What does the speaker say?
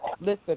Listen